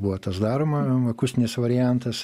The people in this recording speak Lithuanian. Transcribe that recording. buvo tas daroma akustinis variantas